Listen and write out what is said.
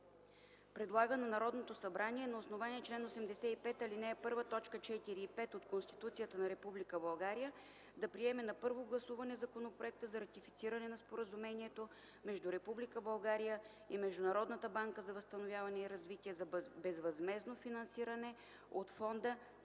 предлага на Народното събрание на основание чл. 85, ал. 1, т. 4 и 5 от Конституцията на Република България да приеме на първо гласуване Законопроекта за ратифициране на Споразумението между Република България и Международната банка за възстановяване и развитие за безвъзмездно финансиране от Фонда